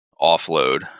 offload